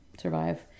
survive